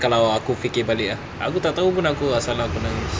kalau aku fikir balik ah aku tak tahu pun aku asal aku nangis